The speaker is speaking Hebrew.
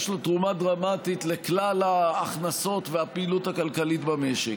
יש לו תרומה דרמטית לכלל ההכנסות והפעילות הכלכלית במשק.